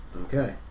Okay